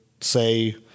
say